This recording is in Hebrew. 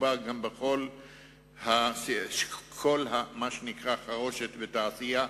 מדובר גם בכל מה שנקרא חרושת ותעשייה.